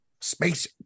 space